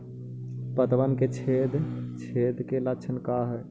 पतबन में छेद छेद के लक्षण का हइ?